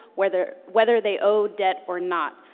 whether whether they owe debt or not.